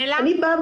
אני באה